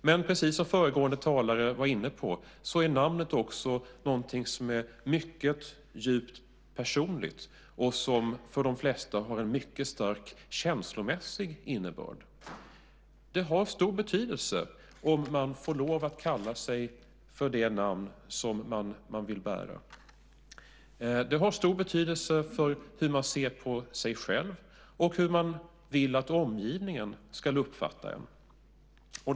Men, precis som föregående talare var inne på, är namnet också någonting som är mycket djupt personligt och som för de flesta har en mycket stark känslomässig innebörd. Det har stor betydelse om man får lov att kalla sig för det namn som man vill bära. Det har stor betydelse för hur man ser på sig själv och hur man vill att omgivningen ska uppfatta en.